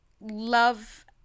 love